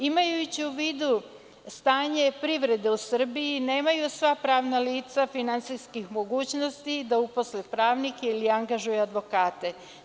Imajući u vidu stanje privrede u Srbiji, nemaju sva pravna lica finansijskih mogućnosti da uposle pravnike ili angažuju advokate.